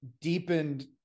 deepened